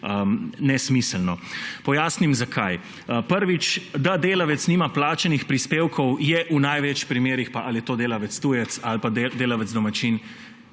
nesmiselno. Pojasnim, zakaj. Prvič, da delavec nima plačanih prispevkov, je v največ primerih, ali je to delavec tujec ali pa delavec domačin,